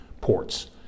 ports